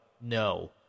no